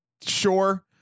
sure